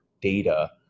data